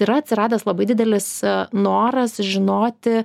yra atsiradęs labai didelis noras žinoti